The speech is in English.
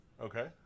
Okay